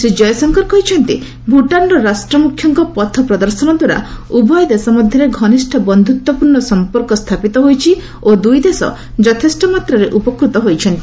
ଶ୍ରୀ ଜୟଶଙ୍କର କହିଛନ୍ତି ଭୁଟାନ୍ର ରାଷ୍ଟ୍ରମୁଖ୍ୟଙ୍କ ପଥପ୍ରଦର୍ଶନଦ୍ୱାରା ଉଭୟ ଦେଶ ମଧ୍ୟରେ ଘନିଷ୍ଠ ବନ୍ଧୁତାପୂର୍ଣ୍ଣ ସମ୍ପର୍କ ସ୍ଥାପିତ ହୋଇଛି ଓ ଦୁଇ ଦେଶ ଯଥେଷ୍ଟ ମାତ୍ରାରେ ଉପକୃତ ହୋଇଛନ୍ତି